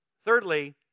Thirdly